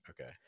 okay